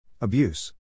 Abuse